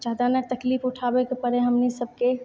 जादा नहि तकलीफ ऊठाबैके पड़य हमनी सबके